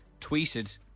tweeted